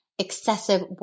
excessive